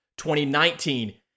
2019